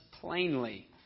plainly